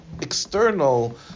external